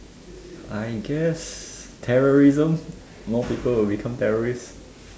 I guess terrorism more people will become terrorist